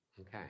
Okay